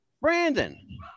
Brandon